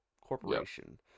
corporation